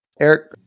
Eric